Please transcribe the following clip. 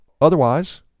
Otherwise